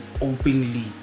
Openly